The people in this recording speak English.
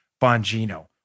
Bongino